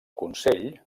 consell